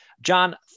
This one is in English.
John